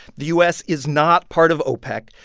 the u s. is not part of opec,